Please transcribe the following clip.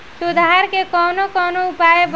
सुधार के कौन कौन उपाय वा?